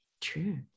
True